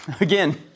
Again